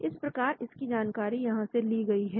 इस प्रकार इसकी जानकारी यहां से ली गई है